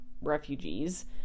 refugees